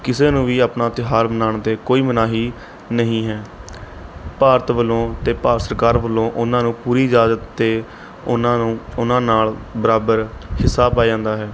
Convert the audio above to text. ਕਿਸੇ ਨੂੰ ਵੀ ਆਪਣਾ ਤਿਉਹਾਰ ਮਨਾਉਣ 'ਤੇ ਕੋਈ ਮਨਾਹੀ ਨਹੀਂ ਹੈ ਭਾਰਤ ਵੱਲੋਂ ਅਤੇ ਭਾਰਤ ਸਰਕਾਰ ਵੱਲੋਂ ਉਹਨਾਂ ਨੂੰ ਪੂਰੀ ਇਜਾਜ਼ਤ ਅਤੇ ਉਹਨਾਂ ਨੂੰ ਉਨ੍ਹਾਂ ਨਾਲ਼ ਬਰਾਬਰ ਹਿੱਸਾ ਪਾਏ ਜਾਂਦਾ ਹੈ